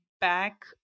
back